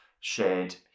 shared